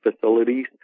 facilities